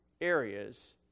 areas